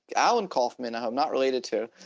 alan kaufman, i'm not related to